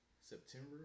September